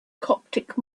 coptic